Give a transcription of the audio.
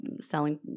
selling